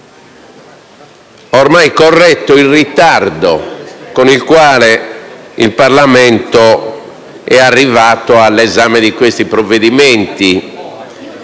corretto il ritardo con il quale il Parlamento è arrivato all'esame di questi provvedimenti